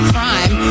Crime